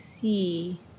See